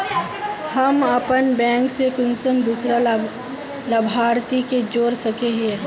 हम अपन बैंक से कुंसम दूसरा लाभारती के जोड़ सके हिय?